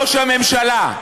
ראש הממשלה,